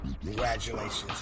Congratulations